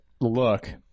look